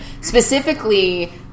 specifically